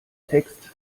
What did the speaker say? text